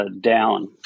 down